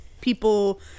people